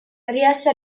riesce